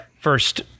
first